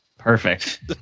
Perfect